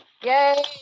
Yay